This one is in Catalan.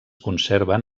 conserven